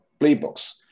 playbooks